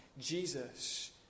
Jesus